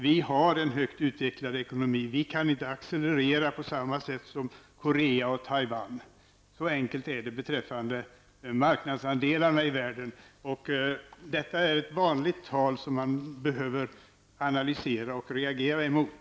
Vi har en högt utvecklad ekonomi, så vi kan inte accelerera på samma sätt som t.ex. Korea och Taiwan. Så enkelt är det på tal om marknadsandelarna i världen. Detta är ett vanligt debattämne, och här behövs det analyser och en reaktion.